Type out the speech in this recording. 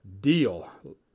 deal